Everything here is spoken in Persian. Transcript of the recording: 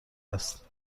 است